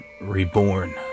reborn